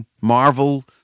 marvel